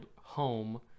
Home